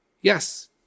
Yes